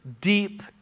deep